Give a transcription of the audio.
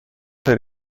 per